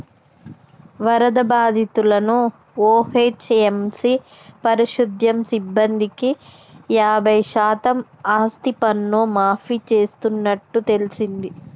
వరద బాధితులను ఓ.హెచ్.ఎం.సి పారిశుద్య సిబ్బందికి యాబై శాతం ఆస్తిపన్ను మాఫీ చేస్తున్నట్టు తెల్సింది